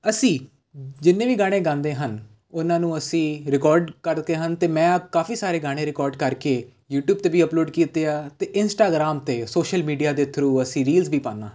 ਅਸੀਂ ਜਿੰਨੇ ਵੀ ਗਾਣੇ ਗਾਉਂਦੇ ਹਨ ਉਹਨਾਂ ਨੂੰ ਅਸੀਂ ਰਿਕਾਰਡ ਕਰਦੇ ਹਨ ਅਤੇ ਮੈਂ ਕਾਫੀ ਸਾਰੇ ਗਾਣੇ ਰਿਕਾਰਡ ਕਰਕੇ ਯੂਟੀਊਬ 'ਤੇ ਵੀ ਅਪਲੋਡ ਕੀਤੇ ਆ ਅਤੇ ਇੰਸਟਾਗਰਾਮ ਅਤੇ ਸੋਸ਼ਲ ਮੀਡੀਆ ਦੇ ਥਰੂ ਅਸੀਂ ਰੀਲਸ ਵੀ ਪਾਉਂਦਾ ਹਾਂ